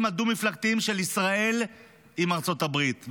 הדו-מפלגתיים של ישראל עם ארצות הברית,